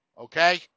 Okay